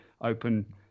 open